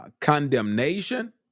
condemnation